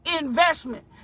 investment